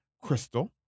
Crystal